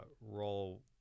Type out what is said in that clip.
role